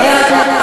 רגע, יעל.